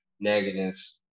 Negatives